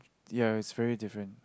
ya is very different